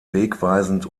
wegweisend